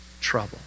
trouble